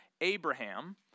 Abraham